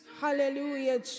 Hallelujah